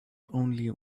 only